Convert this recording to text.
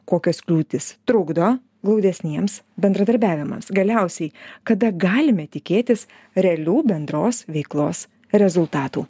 kokios kliūtys trukdo glaudesniems bendradarbiavimams galiausiai kada galime tikėtis realių bendros veiklos rezultatų